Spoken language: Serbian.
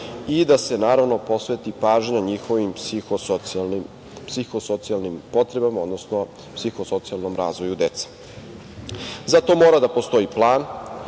i da se posveti pažnja njihovim psihosocijalnim potrebama, odnosno psihosocijalnom razvoju dece. Zato mora da postoji plan